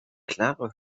klare